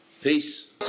peace